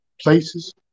places